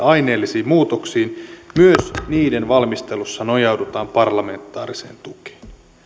aineellisiin muutoksiin myös niiden valmistelussa nojaudutaan parlamentaariseen tukeen